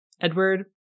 edward